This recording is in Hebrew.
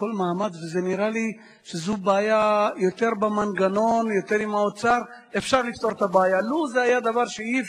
מאחר שהתוודעתי לזה באופן אישי דרך